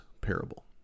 parable